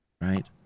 right